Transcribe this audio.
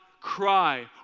cry